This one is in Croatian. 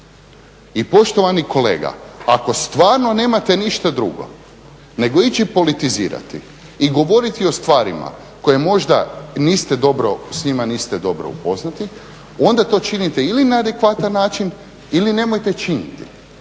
I poštovani kolega ako stvarno nemate ništa drugo, nego ići politizirati i govoriti o stvarima koje možda niste dobro, s njima niste dobro upoznati, onda to činite ili na adekvatan način ili nemojte činiti.